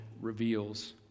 reveals